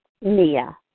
Mia